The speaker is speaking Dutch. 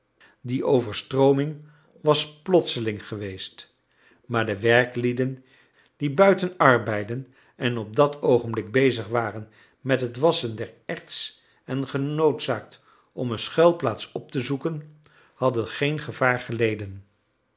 die overstrooming was plotseling geweest maar de werklieden die buiten arbeidden en op dat oogenblik bezig waren met het wasschen der erts en genoodzaakt om een schuilplaats op te zoeken hadden geen gevaar geleden